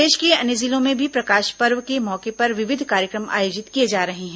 प्रदेश के अन्य जिलों में भी प्रकाश पर्व के मौके पर विविध कार्यक्रम आयोजित किए जा रहे हैं